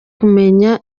kumenya